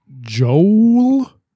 Joel